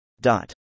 Dot